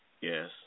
Yes